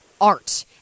art